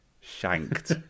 Shanked